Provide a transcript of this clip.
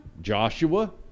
Joshua